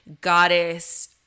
goddess